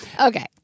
okay